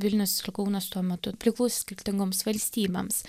vilnius ir kaunas tuo metu priklausė skirtingoms valstybėms